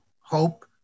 hope